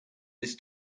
this